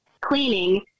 cleaning